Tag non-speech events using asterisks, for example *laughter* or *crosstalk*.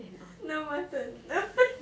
no mutton *laughs*